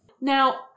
Now